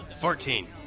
Fourteen